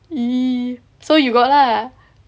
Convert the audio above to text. !ee! so you got lah